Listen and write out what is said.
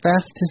fastest